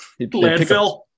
Landfill